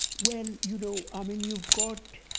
well, you know, i mean, you've got